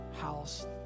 house